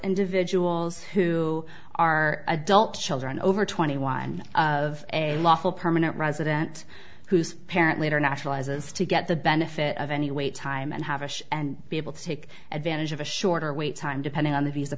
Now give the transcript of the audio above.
individuals who are adult children over twenty one of a lawful permanent resident who's parent later naturalizes to get the benefit of any wait time and have a show and be able to take advantage of a shorter wait time depending on the visa